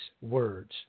words